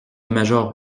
major